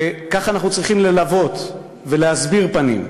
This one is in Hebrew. וכך אנחנו צריכים ללוות ולהסביר פנים.